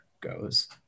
goes